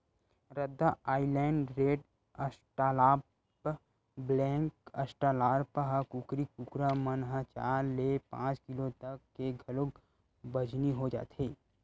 रद्दा Island Red, Australorp, black Australorp, ए कुकरी कुकरा मन ह चार ले पांच किलो तक के घलोक बजनी हो जाथे